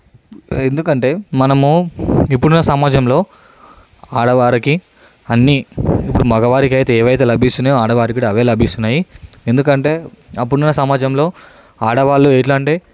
ఎందుకంటే మనము ఇప్పుడున్న సమాజంలో ఆడవారికి అన్ని ఇప్పుడు మగవారికైతే ఏమైతే లభిస్తున్నాయో ఆడవారికి అవే లభిస్తున్నాయి ఎందుకంటే అప్పుడున్న సమాజంలో ఆడవాళ్లు ఎట్లా అంటే